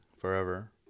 forever